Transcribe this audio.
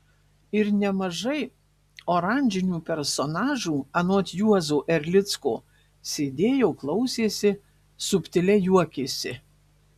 ir nemažai oranžinių personažų anot juozo erlicko sėdėjo klausėsi subtiliai juokėsi